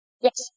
Yes